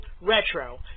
Retro